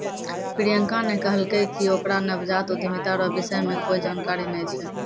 प्रियंका ने कहलकै कि ओकरा नवजात उद्यमिता रो विषय मे कोए जानकारी नै छै